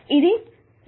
ఇది 2